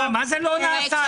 מה זה לא נעשה?